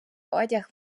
одяг